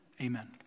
Amen